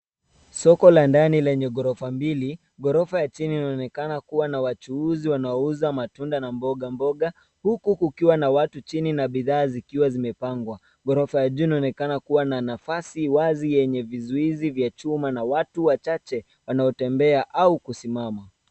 Soko la ndani lenye ghorofa mbili. Ghorofa ya chini inaonekana kuwa na wachuuzi wanaouza matunda na mbogamboga huku kukiwa na watu chini na bidhaa zikiwa zimepangwa. Ghorofa ya juu inaonekana kuwa na nafasi wazi yenye vizuizi vya chuma na watu wachache wanaotembea au kusimama.